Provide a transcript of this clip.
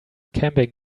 camping